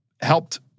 helped